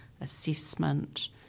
assessment